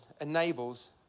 enables